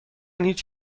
هیچ